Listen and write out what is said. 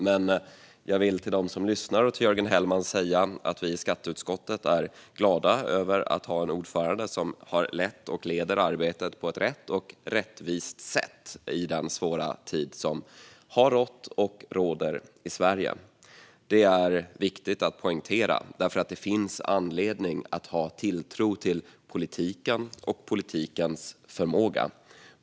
Men jag vill till dem som lyssnar och till Jörgen Hellman säga att vi i skatteutskottet är glada över att ha en ordförande som har lett och som leder arbetet på ett rätt och rättvist sätt i den svåra tid som har rått och som råder i Sverige. Det är viktigt att poängtera, för det finns anledning att ha tilltro till politiken och politikens förmåga.